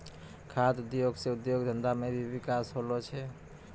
खाद्य उद्योग से उद्योग धंधा मे भी बिकास होलो छै